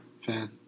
fan